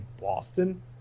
Boston